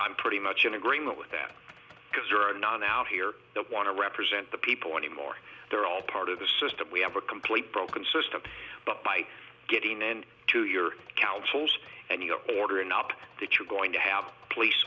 i'm pretty much in agreement with that because there are none out here that want to represent the people anymore they're all part of the system we have a complete broken system but by getting in to your councils and your order not that you're going to have police